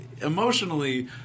emotionally